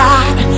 God